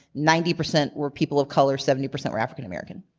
ninety percent were people of color, seventy percent were african american.